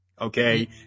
Okay